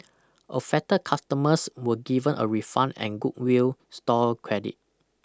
affected customers were given a refund and goodwill store credit